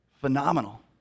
Phenomenal